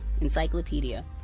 encyclopedia